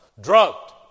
drugged